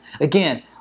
Again